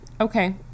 Okay